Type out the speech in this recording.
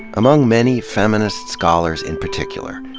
among many feminist scholars, in particular,